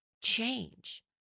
change